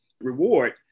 reward